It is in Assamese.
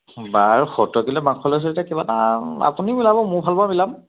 বাৰ সত্ৰত কিলো মাংসলৈছো যেতিয়া কিবা এটা আপুনিও মিলাব মোৰ ফালৰ পৰা মিলাম